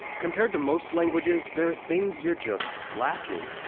compared to most languages, there are things you're just lacking.